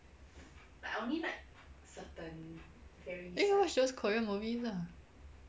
then you watch those korean movies ah